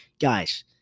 guys